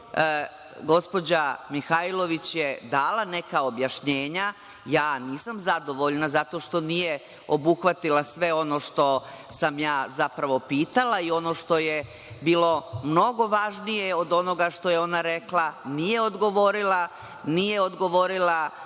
Gospođa Mihajlović je dala neka objašnjenja, ja nisam zadovoljna zato što nije obuhvatila sve ono što sam zapravo pitala i ono što je bilo mnogo važnije od onoga što je ona rekla, nije odgovorila. Nije odgovorila